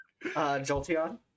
Jolteon